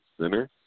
center